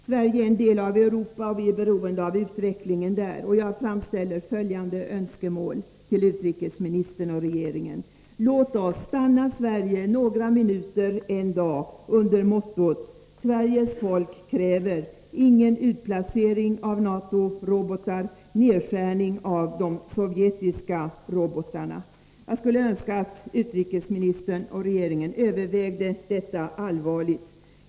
Sverige är en del av Europa, och vi är beroende av utvecklingen där. Jag framställer följande önskemål till utrikesministern och regeringen: Låt oss stanna Sverige några minuter en dag under mottot: Sveriges folk kräver: Ingen utplacering av NATO-robotar, nedskärning av de sovjetiska robotarna. Jag skulle önska att utrikesministern och regeringen övervägde detta förslag allvarligt.